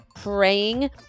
praying